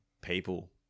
people